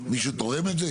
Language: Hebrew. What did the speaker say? מישהו תורם את זה?